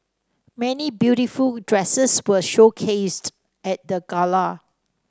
many beautiful dresses were showcased at the gala